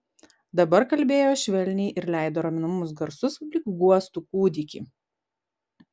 dabar kalbėjo švelniai ir leido raminamus garsus lyg guostų kūdikį